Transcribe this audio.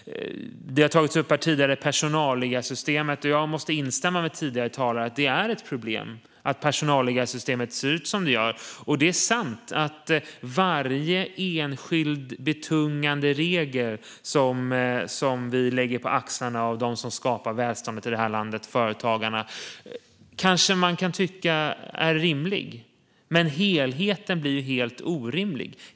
Personalliggarsystemet har tagits upp här, och jag måste instämma med tidigare talare om att det är ett problem att personalliggarsystemet ser ut som det gör. Varje enskild, betungande regel som vi lägger på axlarna till dem som skapar välståndet i det här landet, alltså företagarna, kanske man kan tycka är rimlig, men helheten blir helt orimlig.